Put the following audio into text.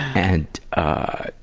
and, ah,